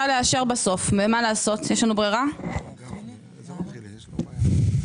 לי להצביע,